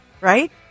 right